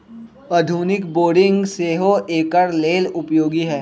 आधुनिक बोरिंग सेहो एकर लेल उपयोगी है